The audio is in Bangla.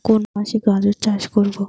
কোন মাসে গাজর চাষ করব?